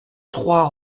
trois